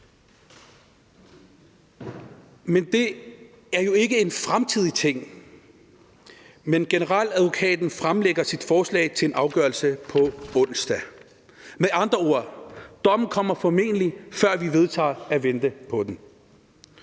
Men det er jo ikke en fremtidig ting: Generaladvokaten fremlægger sit forslag til en afgørelse på onsdag. Med andre ord: Dommen kommer formentlig, før vi vedtager at vente på den.